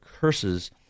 curses